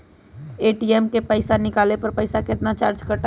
ATM से पईसा निकाले पर पईसा केतना चार्ज कटतई?